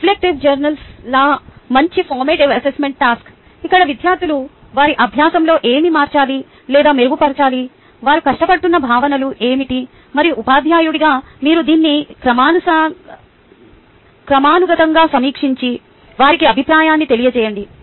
reflective journals చాలా మంచి formative assessment task ఇక్కడ విద్యార్థులు వారి అభ్యాసంలో ఏమి మార్చాలి లేదా మెరుగుపరచాలి వారు కష్టపడుతున్న భావనలు ఏమిటి మరియు ఉపాధ్యాయుడిగా మీరు దీన్ని క్రమానుగతంగా సమీక్షించి వారికి అభిప్రాయాన్ని తెలియజేయండి